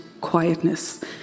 quietness